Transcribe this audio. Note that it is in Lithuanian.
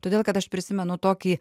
todėl kad aš prisimenu tokį